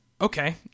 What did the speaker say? okay